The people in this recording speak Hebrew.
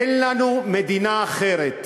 אין לנו מדינה אחרת.